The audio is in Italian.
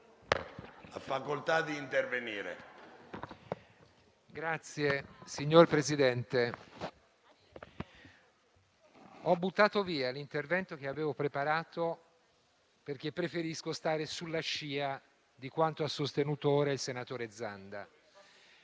Signor Presidente, ho buttato via l'intervento che avevo preparato, perché preferisco stare sulla scia di quanto ha sostenuto ora il senatore Zanda.